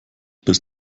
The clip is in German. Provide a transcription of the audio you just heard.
bis